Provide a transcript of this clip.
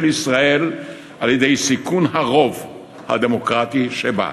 ישראל על-ידי סיכון הרוב הדמוקרטי שבה.